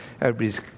everybody's